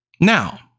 Now